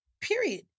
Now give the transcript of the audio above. Period